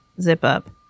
zip-up